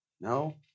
No